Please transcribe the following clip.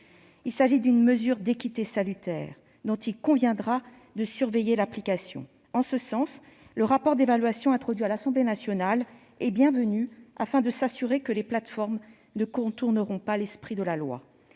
il s'agit d'une mesure d'équité salutaire dont il conviendra de surveiller l'application. En ce sens, le rapport d'évaluation introduit à l'Assemblée nationale est bienvenu, afin de s'assurer que les plateformes ne contourneront pas l'esprit de la loi.